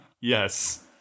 Yes